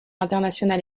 international